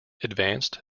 advanced